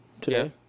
today